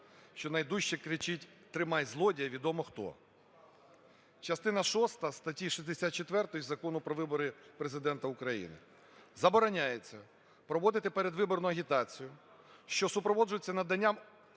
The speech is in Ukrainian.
що найдужче кричить"тримай злодія" відомо хто. Частина шоста статті 64 Закону "Про вибори Президента України": "Забороняється проводити передвиборну агітацію, що супроводжується наданням